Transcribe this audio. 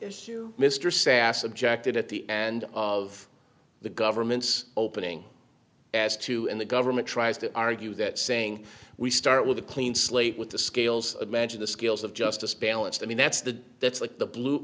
argument mr sas objected at the end of the government's opening as to in the government tries to argue that saying we start with a clean slate with the scales imagine the scales of justice balanced i mean that's the that's like the blue